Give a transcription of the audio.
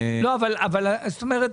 לא, אבל זאת אומרת,